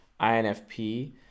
INFP